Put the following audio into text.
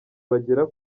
bagera